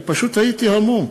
אני פשוט הייתי המום.